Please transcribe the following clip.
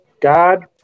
God